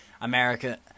America